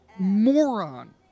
Moron